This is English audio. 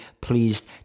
pleased